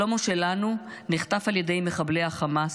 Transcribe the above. שלמה שלנו נחטף על ידי מחבלי החמאס,